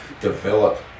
develop